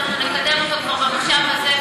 אנחנו נקדם אותו כבר במושב הזה,